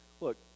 look